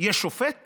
יש שופט